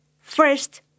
First